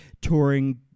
touring